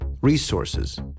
resources